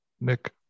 Nick